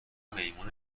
میمون